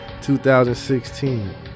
2016